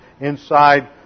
inside